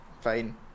Fine